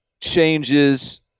changes